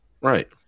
Right